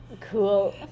Cool